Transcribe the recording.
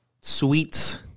sweets